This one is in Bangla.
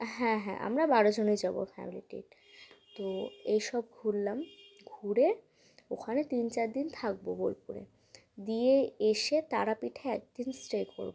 হ্যাঁ হ্যাঁ আমরা বারো জনই যাবো ফ্যামিলি ট্রিট তো এইসব ঘুরলাম ঘুরে ওখানে তিন চার দিন থাকবো বোলপুরে দিয়ে এসে তারাপীঠে একদিন স্টে করবো